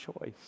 choice